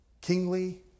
kingly